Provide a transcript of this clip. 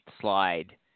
slide